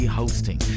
hosting